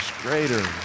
greater